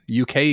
UK